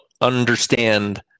understand